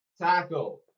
Tackle